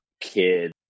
kid